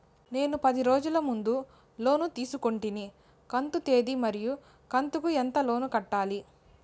నేను పది రోజుల ముందు లోను తీసుకొంటిని కంతు తేది మరియు కంతు కు ఎంత లోను కట్టాలి?